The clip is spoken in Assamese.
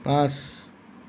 পাঁচ